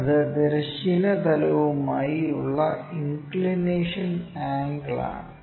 അത് തിരശ്ചീന തലവുമായി ഉള്ള ഇൻക്ക്ളിനേഷൻ ആംഗിൾ ആണ്